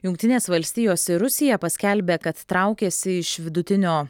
jungtinės valstijos ir rusija paskelbė kad traukiasi iš vidutinio